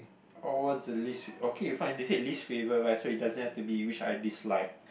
oh what's your least okay fine they said least favourite right so it doesn't have to be which I dislike